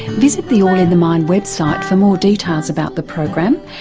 visit the all in the mind website for more details about the program,